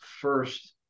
first